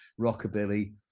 rockabilly